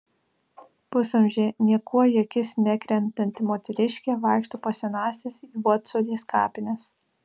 pusamžė niekuo į akis nekrentanti moteriškė vaikšto po senąsias juodsodės kapines